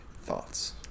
thoughts